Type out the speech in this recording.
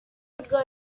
before